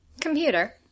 Computer